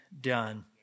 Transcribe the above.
done